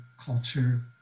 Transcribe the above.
culture